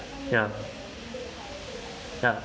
ya ya